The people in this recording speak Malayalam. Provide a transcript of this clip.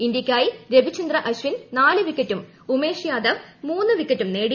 ഇന്ത്യയ്ക്കായി രവിചന്ദ്ര അശ്ചിൻ നാലു പ്പിക്കറ്റും ഉമേഷ് യാദവ് മൂന്ന് വിക്കറ്റും നേടി